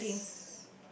trekking